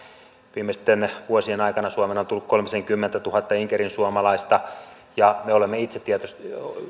viimeisten vuosien aikana suomeen on tullut kolmisenkymmentätuhatta inkerinsuomalaista ja me olemme itse tietysti